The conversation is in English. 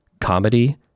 comedy